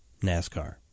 NASCAR